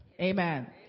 Amen